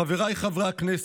חבריי חברי הכנסת,